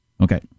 Okay